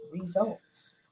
Results